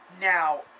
Now